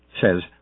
says